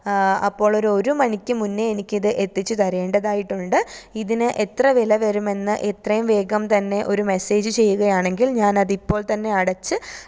അപ്പോൾ ഒരു ഒര് മണിക്ക് മുന്നേ എനിക്കിത് എത്തിച്ച് തരേണ്ടതായിട്ട് ഉണ്ട് ഇതിന് എത്ര വില വരുമെന്ന് എത്രയും വേഗം തന്നെ ഒരു മെസ്സേജ് ചെയ്കയാണെങ്കില് ഞാനത് ഇപ്പോള്ത്തന്നെ അടച്ച്